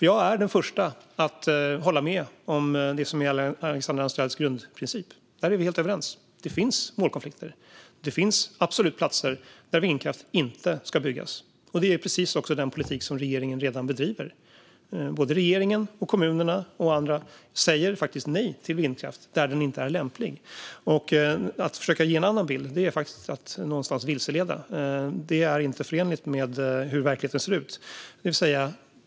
Jag är den första att hålla med om det som gäller Alexandra Anstrells grundprincip. Där är vi helt överens. Det finns målkonflikter. Det finns absolut platser där vindkraft inte ska byggas. Det är också precis den politik som regeringen redan bedriver. Regeringen, kommunerna och andra säger faktiskt nej till vindkraft där den inte är lämplig. Att försöka ge en annan bild är faktiskt att vilseleda. Det är inte förenligt med hur verkligheten ser ut.